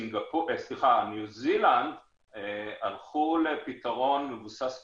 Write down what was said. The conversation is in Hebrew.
בניו זילנד הלכו לפתרון מבוסס כניסות.